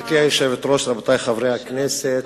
גברתי היושבת-ראש, רבותי חברי הכנסת,